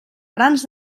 grans